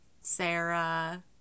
Sarah